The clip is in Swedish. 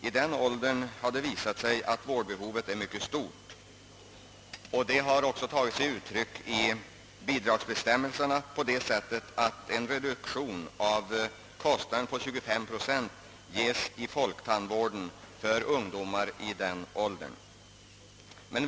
I de åldrarna är vårdbehovet mycket stort, vilket också har tagit sig uttryck i bidragsbestämmelserna, enligt vilka en reduktion av tandvårdskostnaderna om 25 procent ges åt 17—19-åringar i folktandvården.